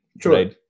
True